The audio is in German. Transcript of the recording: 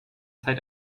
zeit